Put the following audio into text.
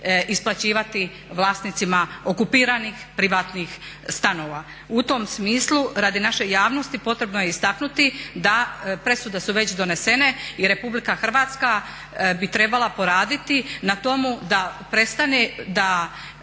isplaćivati vlasnicima okupiranih privatnih stanova. U tom smislu radi naše javnosti potrebno je istaknuti da presude su već donesene i Republika Hrvatska bi trebala poraditi na tome da prestane, da